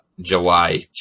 July